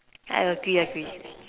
I agree agree